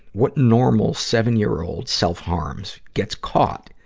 what normal seven-year-old self-harms, gets caught,